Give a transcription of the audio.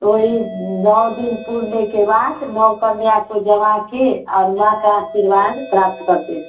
वही नौ दिन पुरने के बाद नौ कन्या को जमाकर और माँ का आशीर्वाद प्राप्त करते हैं